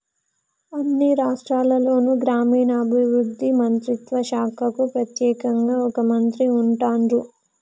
అన్ని రాష్ట్రాల్లోనూ గ్రామీణాభివృద్ధి మంత్రిత్వ శాఖకు ప్రెత్యేకంగా ఒక మంత్రి ఉంటాన్రు